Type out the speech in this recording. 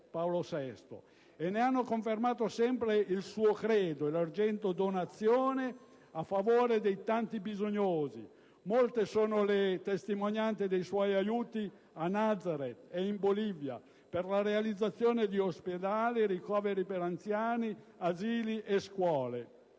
Paolo VI. A conferma del suo credo l'elargizione di donazioni a favore dei tanti bisognosi: molte sono le testimonianze dei suoi aiuti a Nazareth e in Bolivia per la realizzazione di ospedali, ricoveri per anziani, asili e scuole.